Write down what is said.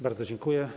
Bardzo dziękuję.